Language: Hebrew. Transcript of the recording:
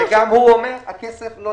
גם הוא אומר שהכסף לא נמצא.